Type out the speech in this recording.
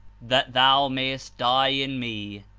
that thou mayest die in me,